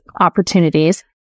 opportunities